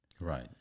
Right